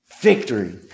Victory